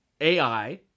AI